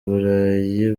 burayi